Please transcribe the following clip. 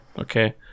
okay